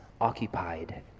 occupied